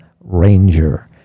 Ranger